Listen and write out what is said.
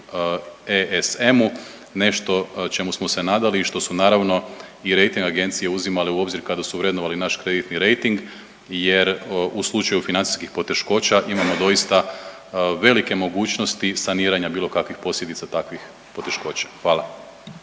ESM-u nešto čemu smo se nadali i što su naravno i rejting agencije uzimale u obzir kada su vrednovali naš kreditni rejting, jer u slučaju financijskih poteškoća imamo doista velike mogućnosti saniranja bilo kakvih posljedica takvih poteškoća. Hvala.